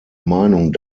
meinung